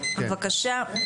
בבקשה.